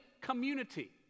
community